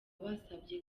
basabye